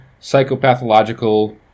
psychopathological